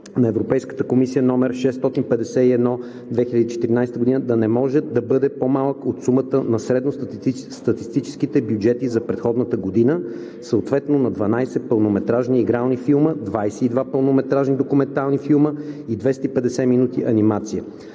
на Регламент (ЕС) № 651/2014 да не може да бъде по-малък от сумата на средностатистическите бюджети за предходната година, съответно на 12 пълнометражни игрални филма, 22 пълнометражни документални филма и 250 минути анимация.